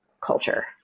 culture